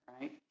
right